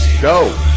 go